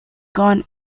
gone